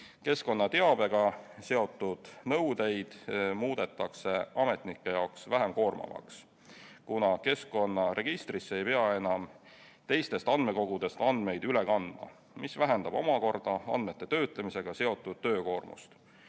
Keskkonnateabega seotud nõudeid muudetakse ametnike jaoks vähem koormavaks, sest keskkonnaregistrisse ei pea enam teistest andmekogudest andmeid üle kandma. See vähendab omakorda andmete töötlemisega seotud töökoormust.